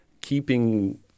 keeping